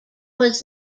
was